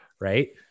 Right